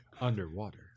underwater